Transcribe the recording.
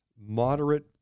moderate